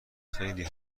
خیلی